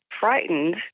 frightened